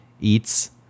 eats